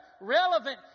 relevant